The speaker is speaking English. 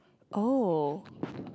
oh